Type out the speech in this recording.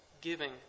giving